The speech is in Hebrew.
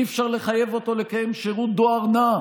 אי-אפשר לחייב אותו לקיים שירות דואר נע,